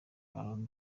ballon